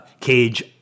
Cage